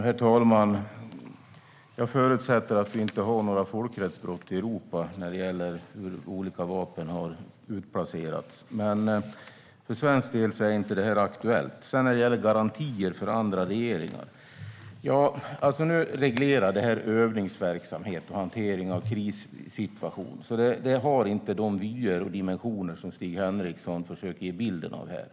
Herr talman! Jag förutsätter att vi inte har några folkrättsbrott i Europa när det gäller hur olika vapen har utplacerats. För svensk del är inte detta aktuellt. Stig Henriksson talar om garantier för andra regeringar. Det här reglerar övningsverksamhet och hantering av krissituation. Det har inte de vyer och dimensioner som Stig Henriksson försöker ge en bild av här.